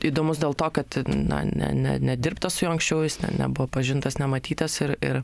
įdomus dėl to kad na ne ne nedirbta su juo anksčiau jis ne nebuvo pažintas nematytas ir ir